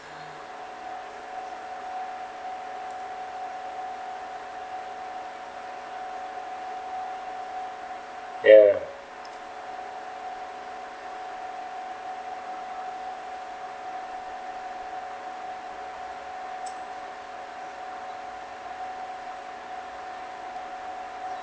ya